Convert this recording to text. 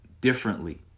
differently